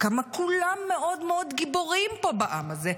כמה כולם מאוד מאוד גיבורים פה בעם הזה.